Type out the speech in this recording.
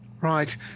Right